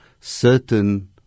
Certain